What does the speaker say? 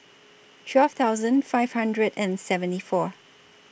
twelve thousand five hundred and seventy four